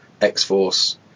X-Force